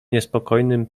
niespokojnym